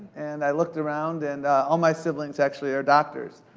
and i looked around, and all my siblings actually are doctors,